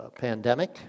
pandemic